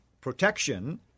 protection